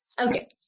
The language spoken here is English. okay